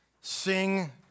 sing